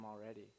already